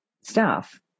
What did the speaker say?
staff